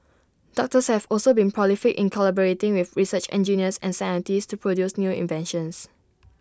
doctors have also been prolific in collaborating with research engineers and scientists to produce new inventions